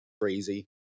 crazy